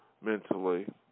mentally